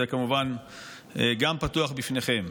גם זה כמובן פתוח בפניכם,